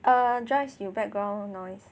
err Joyce 有 background noise